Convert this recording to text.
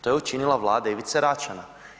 To je učinila vlada Ivice Račana.